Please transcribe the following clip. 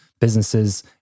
businesses